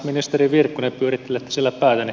ministeri virkkunen pyörittelette siellä päätänne